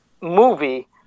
movie